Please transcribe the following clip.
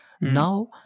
Now